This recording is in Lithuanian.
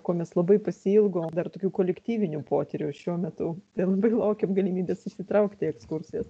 ko mes labai pasiilgom dar tokių kolektyvinių potyrių šiuo metu ir labai laukiam galimybės įsitraukti į ekskursijas